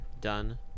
done